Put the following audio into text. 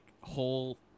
whole